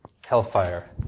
hellfire